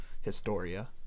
Historia